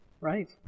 Right